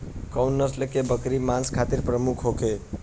कउन नस्ल के बकरी मांस खातिर प्रमुख होले?